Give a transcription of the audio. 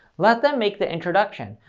let them make the introduction.